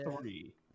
three